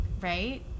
right